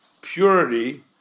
purity